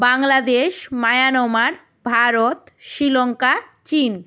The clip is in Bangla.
বাংলাদেশ মায়ানমার ভারত শ্রীলঙ্কা চীন